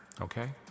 Okay